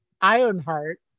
Ironheart